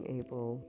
able